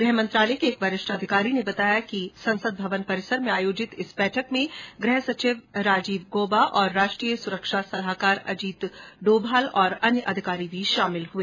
गृह मंत्रालय के एक वरिष्ठ अधिकारी ने बताया कि संसद भवन परिसर में आयोजित इस बैठक में गृह सचिव राजीव गौबा और राष्ट्रीय सुरक्षा सलाहकार अजीत डोभाल और अन्य अधिकारी भी शामिल हुए